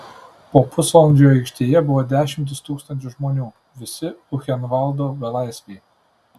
po pusvalandžio aikštėje buvo dešimtys tūkstančių žmonių visi buchenvaldo belaisviai